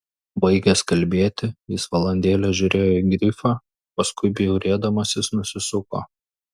baigęs kalbėti jis valandėlę žiūrėjo į grifą paskui bjaurėdamasis nusisuko